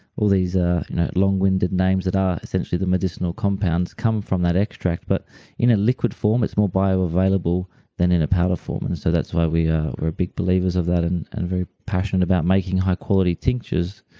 all these ah long winded names that are essentially the medicinal compounds come from that extract but you you know, liquid form it's more bio-available than in a powder form, and so that's why we're we're big believers of that and and very passionate about making high quality tinctures.